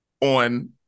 on